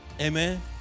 Amen